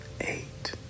eight